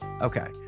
Okay